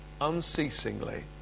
unceasingly